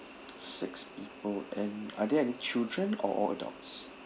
six people and are there any children or all adults